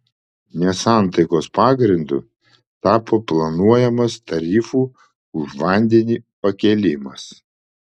nesantaikos pagrindu tapo planuojamas tarifų už vandenį pakėlimas